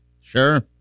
Sure